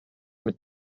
mit